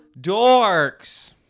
dorks